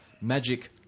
Magic